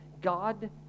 God